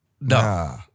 no